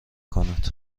کند